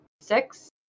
Six